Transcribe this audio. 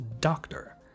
doctor